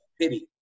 pity